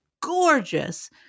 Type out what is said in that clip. Gorgeous